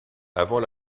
avant